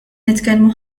nitkellmu